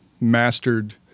mastered